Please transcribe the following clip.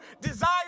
desire